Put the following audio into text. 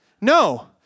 No